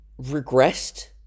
regressed